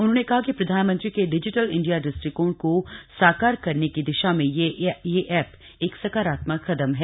उन्होंने कहा कि प्रधानमंत्री के डिजि ल इंडिया दृष्टिकोण को साकार करने की दिशा में यह ऐप एक साकारात्मक कदम है